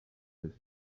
his